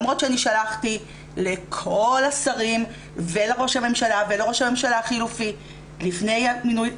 למרות ששלחתי לכל השרים ולראש הממשלה ולראש הממשלה החלופי לפני המינוי,